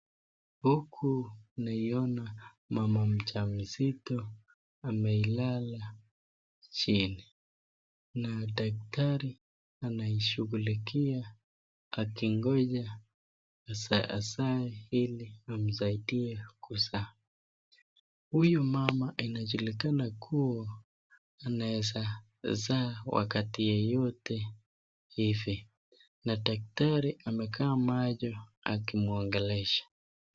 Huku namwona mama mja mzito amelala chini na daktari anamshughulikia akingonja azae ili amsaidie kuzaa. Huyu mama anajulikana kuwa anaweza zaa wakati yoyote ivi na daktari amekaa macho na kumwongelesha.